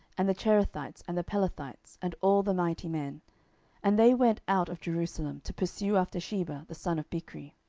and the cherethites, and the pelethites, and all the mighty men and they went out of jerusalem, to pursue after sheba the son of bichri.